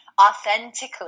authentically